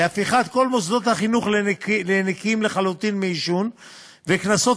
להפיכת כל מוסדות החינוך לנקיים לחלוטין מעישון וקנסות